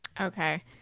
Okay